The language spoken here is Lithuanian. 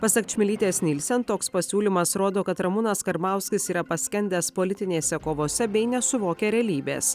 pasak čmilytės nielsen toks pasiūlymas rodo kad ramūnas karbauskis yra paskendęs politinėse kovose bei nesuvokia realybės